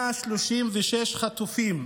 136 חטופים.